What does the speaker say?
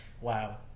Wow